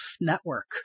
network